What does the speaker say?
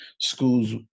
schools